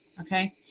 Okay